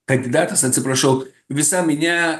kandidatas atsiprašau visa minia